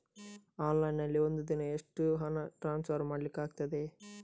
Online ನಲ್ಲಿ ಒಂದು ದಿನ ಎಷ್ಟು ಹಣ ಟ್ರಾನ್ಸ್ಫರ್ ಮಾಡ್ಲಿಕ್ಕಾಗ್ತದೆ?